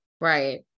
right